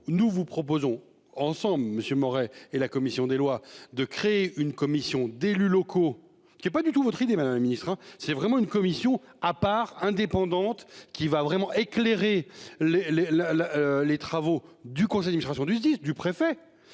nous vous proposons ensemble monsieur Moret et la commission des lois de créer une commission d'élus locaux qui est pas du tout votre idée Madame la ministre hein, c'est vraiment une commission à part indépendante qui va vraiment éclairés les les la la les travaux du d'illustration du SDIS du préfet.